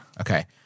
Okay